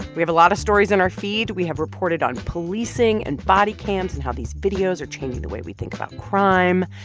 we have a lot of stories in our feed. we have reported on policing and body cams and how these videos are changing the way we think about crime.